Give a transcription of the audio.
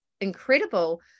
incredible